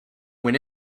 went